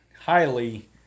highly